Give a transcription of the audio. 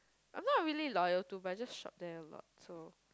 I'm not a really loyal to but I just shop there a lot so